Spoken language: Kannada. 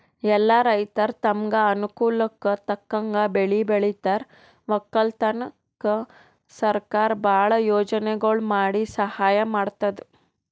ಎಲ್ಲಾ ರೈತರ್ ತಮ್ಗ್ ಅನುಕೂಲಕ್ಕ್ ತಕ್ಕಂಗ್ ಬೆಳಿ ಬೆಳಿತಾರ್ ವಕ್ಕಲತನ್ಕ್ ಸರಕಾರ್ ಭಾಳ್ ಯೋಜನೆಗೊಳ್ ಮಾಡಿ ಸಹಾಯ್ ಮಾಡ್ತದ್